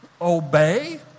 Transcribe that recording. obey